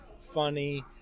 funny